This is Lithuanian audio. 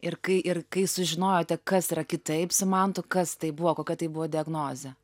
ir kai ir kai sužinojote kas yra kitaip su mantu kas tai buvo kokia tai buvo diagnozė